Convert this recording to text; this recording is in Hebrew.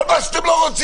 על מה שאתם לא רוצים,